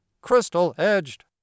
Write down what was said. crystal-edged